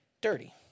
dirty